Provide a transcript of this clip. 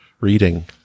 reading